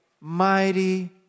mighty